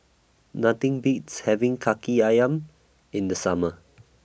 Nothing Beats having Kaki Ayam in The Summer